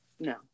No